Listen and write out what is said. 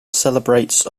celebrates